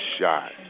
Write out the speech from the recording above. shot